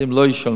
שהילדים לא ישלמו.